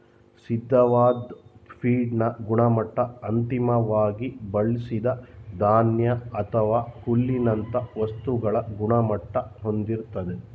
ಸಿದ್ಧವಾದ್ ಫೀಡ್ನ ಗುಣಮಟ್ಟ ಅಂತಿಮ್ವಾಗಿ ಬಳ್ಸಿದ ಧಾನ್ಯ ಅಥವಾ ಹುಲ್ಲಿನಂತ ವಸ್ತುಗಳ ಗುಣಮಟ್ಟ ಹೊಂದಿರ್ತದೆ